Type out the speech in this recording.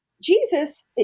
Jesus